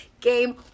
game